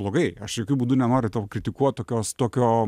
blogai aš jokiu būdu nenoriu tau kritikuot tokios tokio